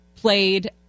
played